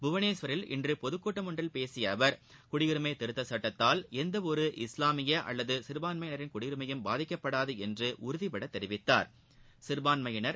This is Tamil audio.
புவனேஸ்வரில் இன்று பொதுக்கூட்டம் ஒன்றில் பேசிய அவர் குடியுரிமை திருத்தச் சட்டத்தால் எந்த ஒரு இஸ்லாமிய அல்லது சிறுபான்மையினரின் குடியுரிமையும் பாதிக்கப்படாது என்று உறுதிபட தெரிவித்தாா்